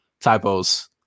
typos